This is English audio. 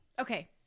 Okay